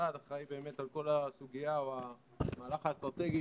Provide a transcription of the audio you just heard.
המשרד אחראי באמת על כל הסוגיה או המהלך האסטרטגי